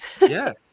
Yes